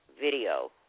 video